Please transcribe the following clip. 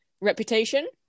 reputation